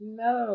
no